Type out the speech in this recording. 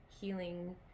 healing